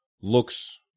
looks